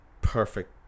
perfect